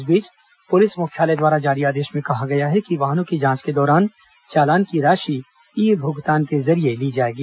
इस बीच पुलिस मुख्यालय द्वारा जारी आदेश में कहा गया है कि वाहनों की जांच के दौरान चालान की राशि ई भुगतान के जरिये ली जाएगी